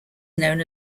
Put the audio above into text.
known